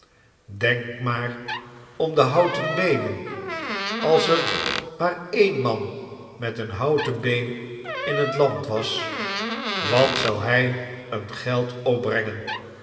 denk maar om de houten beenen als er maar een man met een houten been in het land was wat zou hij een geld opbrengen